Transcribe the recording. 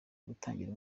gutangira